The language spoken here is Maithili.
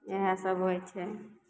इएहसभ होइ छै